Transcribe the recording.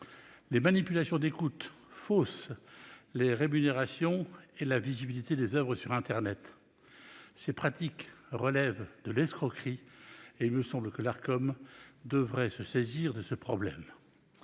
Les manipulations d'écoutes faussent les rémunérations et la visibilité des oeuvres sur internet. Ces pratiques relèvent de l'escroquerie, et il me semble que l'Arcom devrait se saisir de ce problème.